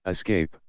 Escape